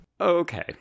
Okay